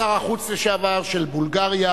שר החוץ לשעבר של בולגריה,